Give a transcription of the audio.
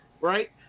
right